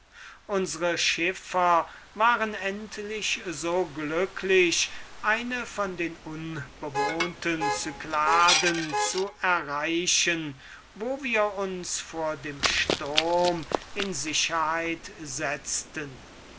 unsre schiffer waren endlich so glücklich eine von den unbewohnten cycladen zu erreichen wo wir uns vor dem sturm in sicherheit setzten